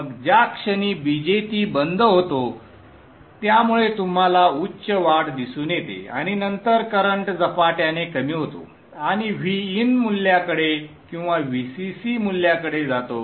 मग ज्या क्षणी BJT बंद होतो त्यामुळे तुम्हाला उच्च वाढ दिसून येते आणि नंतर करंट झपाट्याने कमी होतो आणि Vin मूल्याकडे किंवा VCC मूल्याकडे जातो